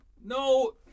No